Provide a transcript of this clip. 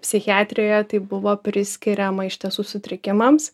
psichiatrijoj tai buvo priskiriama iš tiesų sutrikimams